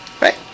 Right